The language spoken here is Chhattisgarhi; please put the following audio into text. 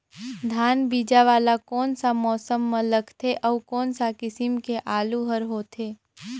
धान बीजा वाला कोन सा मौसम म लगथे अउ कोन सा किसम के आलू हर होथे?